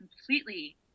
completely